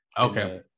okay